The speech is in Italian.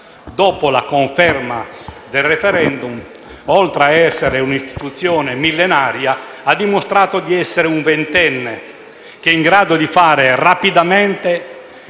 dopo la conferma del *referendum*, oltre a essere un'istituzione millenaria, ha dimostrato di essere un ventenne in grado di fare rapidamente